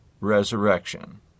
resurrection